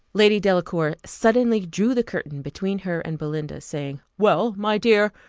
lady delacour suddenly drew the curtain between her and belinda, saying, well, my dear,